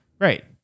Right